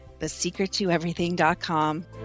thesecrettoeverything.com